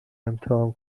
امتحان